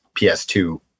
PS2